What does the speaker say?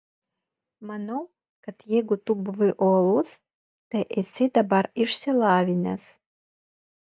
manau kad jeigu tu buvai uolus tai esi dabar išsilavinęs